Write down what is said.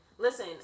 Listen